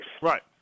Right